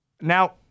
Now